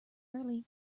early